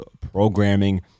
programming